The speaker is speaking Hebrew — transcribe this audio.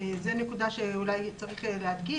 זה נקודה שאולי צריך להדגיש,